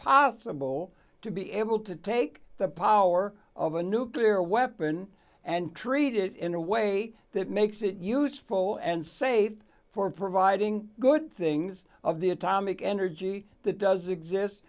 possible to be able to take the power of a nuclear weapon and treat it in a way that makes it useful and safe for providing good things of the atomic energy that does exist